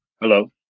Hello